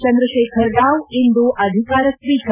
ಚಂದ್ರಶೇಖರರಾವ್ ಇಂದು ಅಧಿಕಾರ ಸ್ನೀಕಾರ